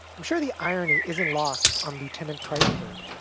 i'm sure the irony isn't lost on lieutenant chrichtonburg.